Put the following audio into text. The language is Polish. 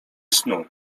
snu